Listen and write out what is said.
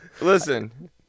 Listen